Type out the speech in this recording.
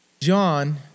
John